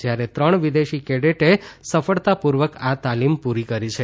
જ્યારે ત્રણ વિદેશી કેડેટેએ સફળતાપૂર્વક આ તાલીમ પૂરી કરી છે